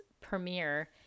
premiere